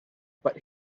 but